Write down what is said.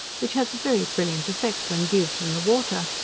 which has a very brilliant effect when viewed from the water,